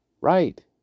Right